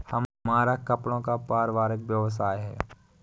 हमारा कपड़ों का पारिवारिक व्यवसाय है